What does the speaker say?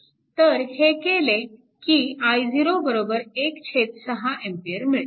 तर हे केले की i0 16 A मिळते